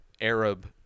Arab